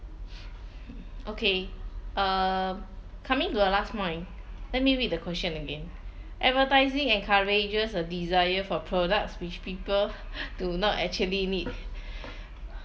okay uh coming to the last point let me read the question again advertising encourages a desire for products which people do not actually need